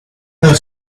her